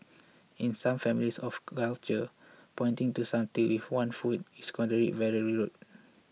in some families or cultures pointing to something with one's foot is considered very rude